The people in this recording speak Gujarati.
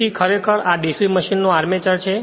તેથી આ ખરેખર DC મશીનનો આર્મચર છે